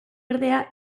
ordea